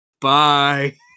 bye